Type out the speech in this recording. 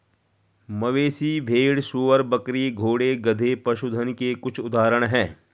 मवेशी, भेड़, सूअर, बकरी, घोड़े, गधे, पशुधन के कुछ उदाहरण हैं